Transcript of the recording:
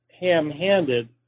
ham-handed